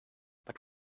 but